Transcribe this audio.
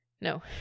no